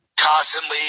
constantly